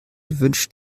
wünscht